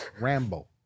Rambo